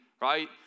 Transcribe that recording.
right